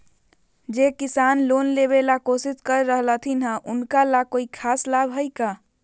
जे किसान लोन लेबे ला कोसिस कर रहलथिन हे उनका ला कोई खास लाभ हइ का?